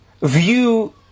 view